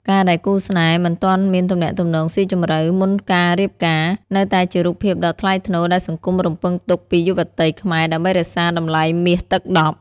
ការដែលគូស្នេហ៍ "មិនទាន់មានទំនាក់ទំនងស៊ីជម្រៅ" មុនការរៀបការ នៅតែជារូបភាពដ៏ថ្លៃថ្នូរដែលសង្គមរំពឹងទុកពីយុវតីខ្មែរដើម្បីរក្សាតម្លៃមាសទឹកដប់។